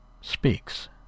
speaks